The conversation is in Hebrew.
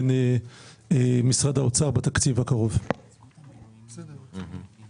נושא אחד קשור לסיפור של חופשת